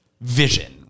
vision